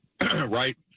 right